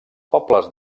pobles